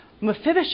Mephibosheth